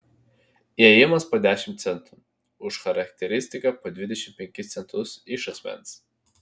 įėjimas po dešimt centų už charakteristiką po dvidešimt penkis centus iš asmens